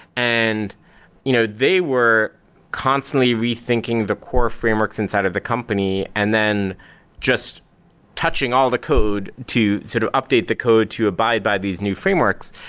and you know they were constantly rethinking the core frameworks inside of the company and then just touching all the code to sort of update the code to abide by these new frameworks.